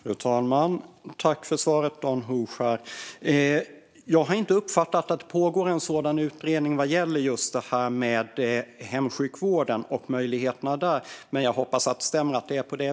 Fru talman! Tack för svaret, Dan Hovskär! Jag har inte uppfattat att det pågår en utredning gällande hemsjukvården och möjligheterna där, men jag hoppas att det stämmer.